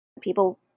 People